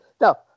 Now